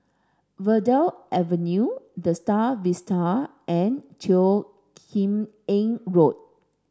Verde Avenue The Star Vista and Teo Kim Eng Road